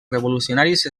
revolucionaris